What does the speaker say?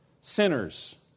sinners